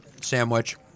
sandwich